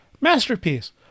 masterpiece